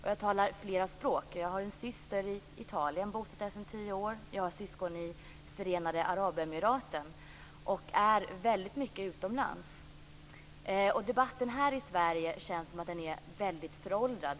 Jag talar flera språk. Jag har en syster som är bosatt i Italien sedan tio år. Jag har syskon i Förenade Arabemiraten. Jag är väldigt mycket utomlands. Debatten här i Sverige känns väldigt föråldrad.